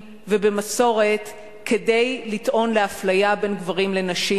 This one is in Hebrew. ובמסורת כדי לטעון לאפליה בין גברים לנשים.